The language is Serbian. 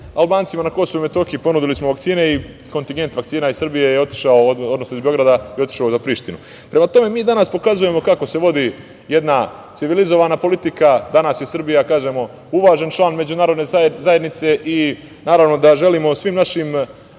Albancima na KiM ponudili smo vakcine i kontingent vakcina iz Srbije je otišao, odnosno iz Beograda je otišao za Prištinu. Prema tome, mi danas pokazujemo kako se vodi jedna civilizovana politika. Danas je Srbija, da kažemo, uvažen član međunarodne zajednice i naravno da želimo svim našim